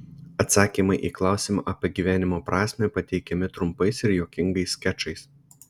atsakymai į klausimą apie gyvenimo prasmę pateikiami trumpais ir juokingais skečais